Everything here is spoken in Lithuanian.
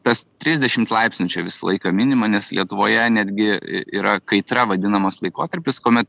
tas trisdešimt laipsnių čia visą laiką minima nes lietuvoje netgi yra kaitra vadinamas laikotarpis kuomet